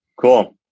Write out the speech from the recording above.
Cool